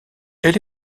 elle